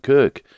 Kirk